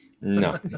No